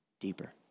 deeper